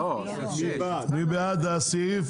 מי בעד סעיף 7?